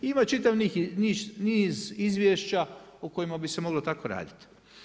Ima čitav niz izvješća o kojima bi se moglo tako raditi.